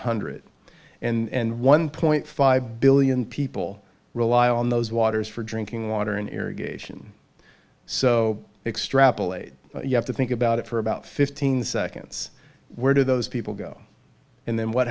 hundred and one point five billion people rely on those waters for drinking water and irrigation so extrapolate you have to think about it for about fifteen seconds where do those people go and then what